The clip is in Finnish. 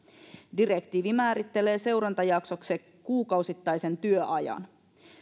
direktiivi määrittelee seurantajaksoksi kuukausittaisen työajan